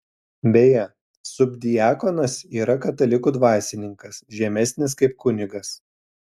beje subdiakonas yra katalikų dvasininkas žemesnis kaip kunigas